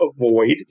avoid